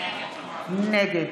נגד